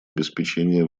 обеспечения